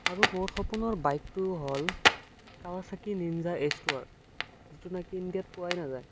আৰু মোৰ সপোনৰ বাইকটো হ'ল Kawasaki Ninja H two one যিটো নেকি ইণ্ডিয়াত পোৱাই নাযায়